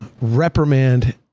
reprimand